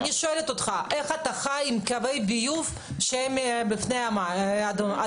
איך אתה חי עם קווי ביוב שהם מעל פני האדמה?